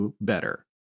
better